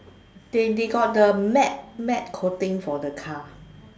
they they they got the matt matt coating for the car